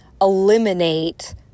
eliminate